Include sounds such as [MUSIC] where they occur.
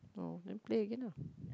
[NOISE] then play again lah